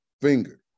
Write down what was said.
finger